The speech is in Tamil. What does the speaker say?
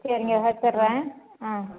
சரிங்க வைச்சறேன் ஆ